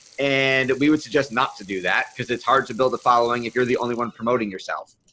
and we would suggest not to do that because it's hard to build a following if you're the only one promoting yourself.